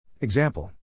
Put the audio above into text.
Example